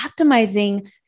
optimizing